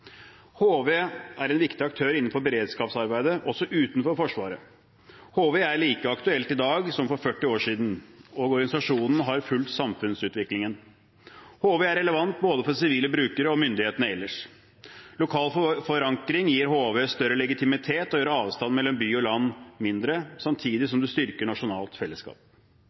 HV er en viktig aktør innenfor beredskapsarbeidet, også utenfor Forsvaret. HV er like aktuelt i dag som for 40 år siden. Organisasjonen har fulgt samfunnsutviklingen. HV er relevant både for sivile brukere og for myndighetene ellers. Lokal forankring gir HV større legitimitet og gjør avstanden mellom by og land mindre samtidig som det styrker nasjonalt fellesskap.